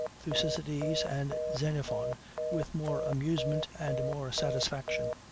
thucydides, and xenophon with more amusement and more satisfaction.